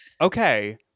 Okay